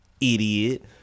idiot